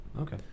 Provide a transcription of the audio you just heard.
Okay